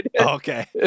Okay